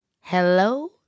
Hello